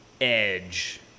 edge